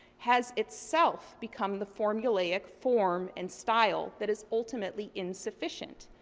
has itself become the formulaic form and style that is ultimately insufficient.